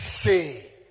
say